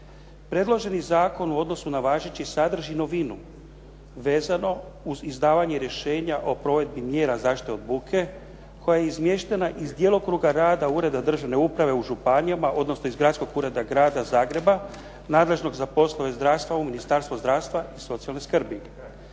predloženi zakon u odnosu na važeći sadrži novinu vezano uz izdavanje rješenja o provedbi mjera zaštite od buke koja je izmještena iz djelokruga rada Ureda državne uprave u županijama, odnosno iz Gradskog ureda grada Zagreba nadležnog za poslove zdravstva u Ministarstvo zdravstva i socijalne skrbi.